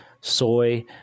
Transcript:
soy